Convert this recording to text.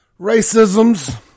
Racisms